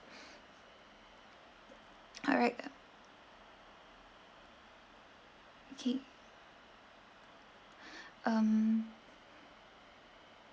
alright okay um